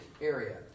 area